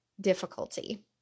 difficulty